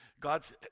God's